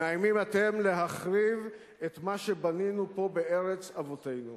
מאיימים אתם להחריב את מה שבנינו פה בארץ אבותינו.